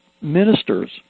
ministers